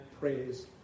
praise